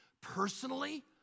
personally